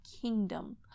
kingdom